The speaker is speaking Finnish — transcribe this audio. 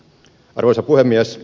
arvoisa puhemies